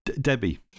Debbie